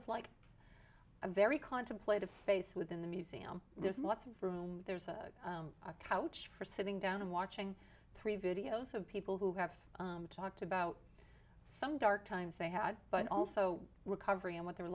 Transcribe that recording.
of like i'm very contemplate of space within the museum there's lots of room there's a couch for sitting down and watching three videos of people who have talked about some dark times they had but also recovery and what their